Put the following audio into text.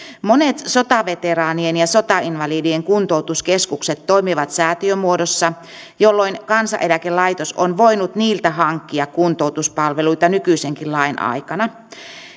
monet sotaveteraanien ja sotainvalidien kuntoutuskeskukset toimivat säätiömuodossa jolloin kansaneläkelaitos on voinut niiltä hankkia kuntoutuspalveluita nykyisenkin lain aikana